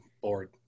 bored